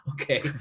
Okay